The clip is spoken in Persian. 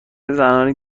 زنانی